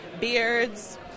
beards